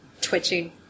twitching